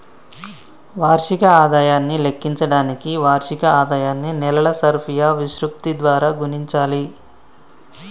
వార్షిక ఆదాయాన్ని లెక్కించడానికి వార్షిక ఆదాయాన్ని నెలల సర్ఫియా విశృప్తి ద్వారా గుణించాలి